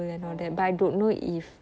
oh